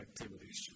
activities